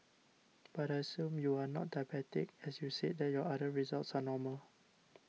but I assume you are not diabetic as you said that your other results are normal